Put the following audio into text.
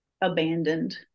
abandoned